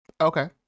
Okay